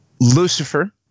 Lucifer